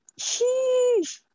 sheesh